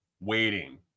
waiting